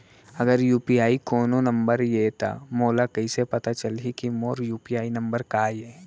अगर यू.पी.आई कोनो नंबर ये त मोला कइसे पता चलही कि मोर यू.पी.आई नंबर का ये?